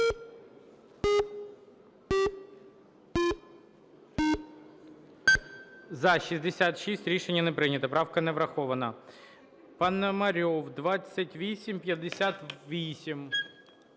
За-66 Рішення не прийнято. Правка не врахована. Пономарьов, 2858.